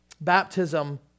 Baptism